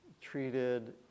treated